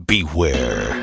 Beware